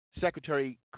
Secretary